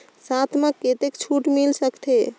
साथ म कतेक छूट मिल सकथे?